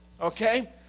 okay